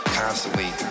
constantly